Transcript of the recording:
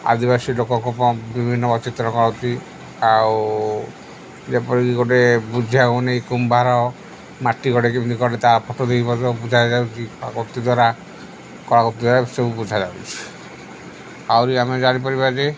ଆଦିବାସୀ ଲୋକଙ୍କୁ ବିଭିନ୍ନ ଚିତ୍ର କରନ୍ତି ଆଉ ଯେପରିକି ଗୋଟେ ବୁଝା ହେଉନି କୁମ୍ଭାର ମାଟି ଘଡେ କେମିତି ଘଡେ ତା' ଫଟୋ ବୁଝାଯାଉଛି କୃତି ଦ୍ୱାରା କଳାକୃତି ଦ୍ୱାରା ସବୁ ବୁଝାଯାଉଛି ଆହୁରି ଆମେ ଜାଣିପାରିବା ଯେ